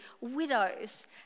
widows